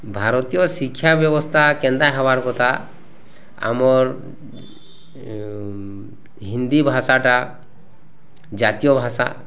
ଭାରତୀୟ ଶିକ୍ଷା ବ୍ୟବସ୍ଥା କେନ୍ତା ହେବାର୍ କଥା ଆମର୍ ହିନ୍ଦୀ ଭାଷାଟା ଜାତୀୟ ଭାଷା